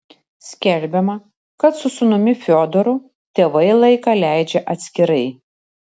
skelbiama kad su sūnumi fiodoru tėvai laiką leidžia atskirai